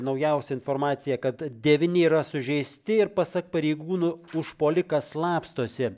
naujausia informacija kad devyni yra sužeisti ir pasak pareigūnų užpuolikas slapstosi